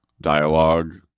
dialogue